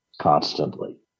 constantly